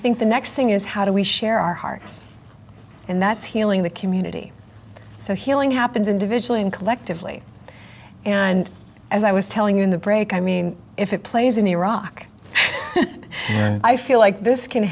think the next thing is how do we share our hearts and that's healing the community so healing happens individually and collectively and as i was telling you in the break i mean if it plays in iraq and i feel like this can